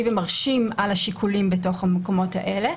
ומרשים על השיקולים בתוך המקומות האלה.